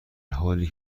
حالی